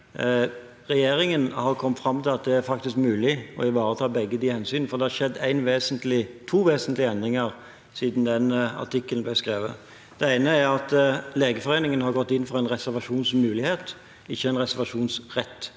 regjeringen har kommet fram til at det faktisk er mulig å ivareta begge hensynene. Det har skjedd to vesentlige endringer siden den artikkelen ble skrevet. Den ene er at Legeforeningen har gått inn for en reservasjonsmulighet, ikke en reservasjonsrett.